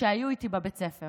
שהיו איתי בבית ספר